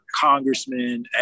congressmen